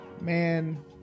Man